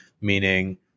meaning